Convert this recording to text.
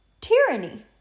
tyranny